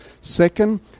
Second